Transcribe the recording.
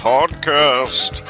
Podcast